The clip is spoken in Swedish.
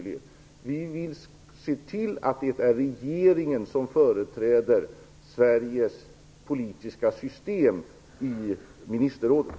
Vi vill se till att det är regeringen som företräder Sveriges politiska system i ministerrådet.